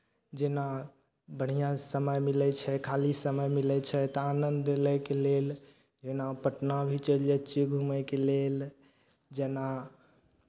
जेना बढ़िआँ समय मिलै छै खाली समय मिलै छै तऽ आनन्द लै के लेल जेना पटना भी चलि जाइ छियै घूमयके लेल जेना